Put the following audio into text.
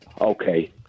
okay